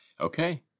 Okay